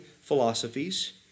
philosophies